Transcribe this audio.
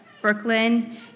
Brooklyn